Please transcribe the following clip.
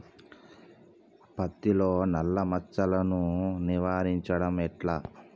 పత్తిలో నల్లా మచ్చలను నివారించడం ఎట్లా?